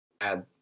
add